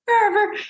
forever